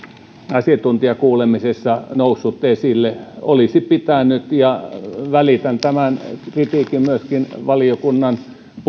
asiantuntijakuulemisessa noussut esille olisi pitänyt välitän tämän kritiikin myöskin valiokunnan